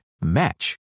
match